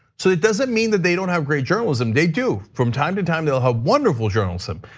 so it doesn't mean that they don't have great journalism, they do. from time to time, they'll have wonderful journalism.